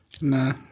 Nah